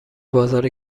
بازار